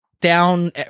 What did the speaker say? down